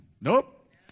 Nope